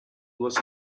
was